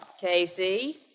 Casey